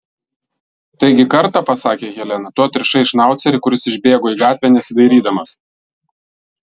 taigi kartą pasakė helena tu atrišai šnaucerį kuris išbėgo į gatvę nesidairydamas